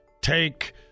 take